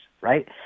right